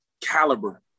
caliber